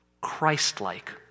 Christ-like